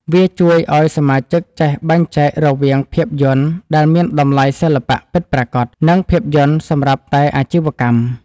វាជួយឱ្យសមាជិកចេះបែងចែករវាងភាពយន្តដែលមានតម្លៃសិល្បៈពិតប្រាកដ និងភាពយន្តសម្រាប់តែអាជីវកម្ម។